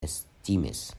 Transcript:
estimis